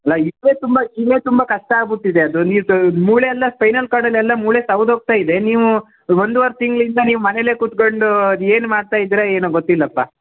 ಅಲ್ಲ ಈಗಲೆ ತುಂಬ ಈಗಲೆ ತುಂಬ ಕಷ್ಟ ಆಗ್ಬಿಟ್ಟಿದೆ ಅದು ನೀರು ತ ಮೂಳೆ ಎಲ್ಲ ಸ್ಪೈನಲ್ ಕಾರ್ಡಲೆಲ್ಲ ಮೂಳೆ ಸವ್ದು ಹೋಗ್ತ ಇದೆ ನೀವು ಒಂದುವರೆ ತಿಂಗಳಿಂದ ನೀವು ಮನೇಲೆ ಕೂತ್ಕೊಂಡು ಅದು ಏನು ಮಾಡ್ತಾ ಇದ್ದೀರಾ ಏನೋ ಗೊತ್ತಿಲ್ಲಪ್ಪ